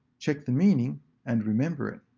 check the meaning and remember it.